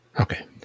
Okay